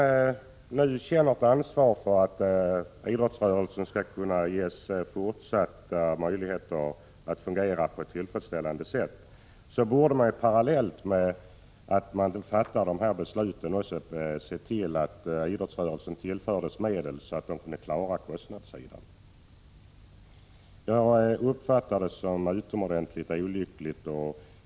Ir GG —— fall man känner ansvar för att idrottsrörelsen skall ges fortsatta möjligheter att fungera på ett tillfredsställande sätt, borde man parallellt med att man fattar det här beslutet också se till att idrottsrörelsen tillförs tillräckliga medel för att klara kostnadssidan. Att så inte sker uppfattar jag som utomordentligt olyckligt.